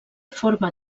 forma